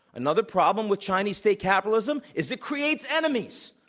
another problem with chinese state capitalism is it creates enemies,